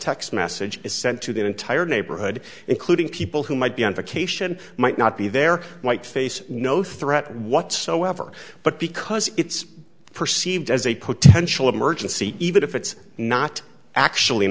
text message is sent to the entire neighborhood including people who might be on vacation might not be there might face no threat whatsoever but because it's perceived as a potential emergency even if it's not actually an